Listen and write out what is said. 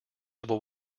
civil